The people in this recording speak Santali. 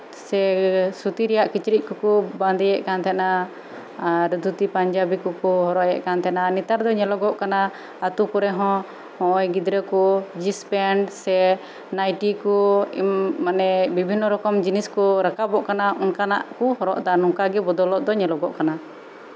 ᱥᱮ ᱥᱩᱛᱤ ᱨᱮᱭᱟᱜ ᱠᱤᱪᱨᱤᱪ ᱠᱚᱠᱚ ᱵᱟᱸᱫᱮᱭᱮᱜ ᱛᱟᱦᱮᱱᱟ ᱟᱨ ᱫᱷᱩᱛᱤ ᱯᱟᱧᱡᱟᱵᱤ ᱠᱚᱠᱚ ᱦᱚᱨᱚᱜ ᱮᱫ ᱠᱟᱱ ᱛᱟᱦᱮᱱᱟ ᱱᱮᱛᱟᱨ ᱫᱚ ᱧᱮᱞᱚᱜᱚᱜ ᱠᱟᱱᱟ ᱟᱹᱛᱳ ᱠᱚᱨᱮ ᱦᱚᱸ ᱱᱚᱜ ᱚᱭ ᱜᱤᱫᱽᱨᱟᱹ ᱠᱚ ᱡᱤᱱᱥ ᱯᱮᱱᱴ ᱥᱮ ᱱᱟᱭᱴᱤ ᱠᱚ ᱢᱟᱱᱮ ᱵᱤᱵᱷᱤᱱᱱᱚ ᱨᱚᱠᱚᱢ ᱡᱤᱱᱤᱥ ᱠᱚ ᱨᱟᱠᱟᱵᱚᱜ ᱠᱟᱱᱟ ᱚᱱᱠᱟᱱᱟᱜ ᱠᱚ ᱦᱚᱨᱚᱜ ᱫᱟ ᱵᱚᱫᱚᱞᱚᱜ ᱫᱚ ᱧᱮᱞᱚᱜ ᱠᱟᱱᱟ